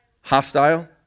Hostile